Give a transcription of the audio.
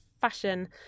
fashion